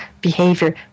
behavior